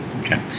Okay